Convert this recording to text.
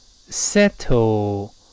settle